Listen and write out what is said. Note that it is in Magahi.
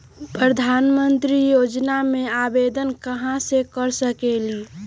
प्रधानमंत्री योजना में आवेदन कहा से कर सकेली?